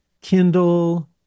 Kindle